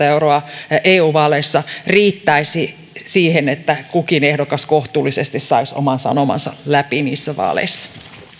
euroa eu vaaleissa riittäisi siihen että kukin ehdokas kohtuullisesti saisi oman sanomansa läpi niissä vaaleissa